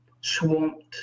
swamped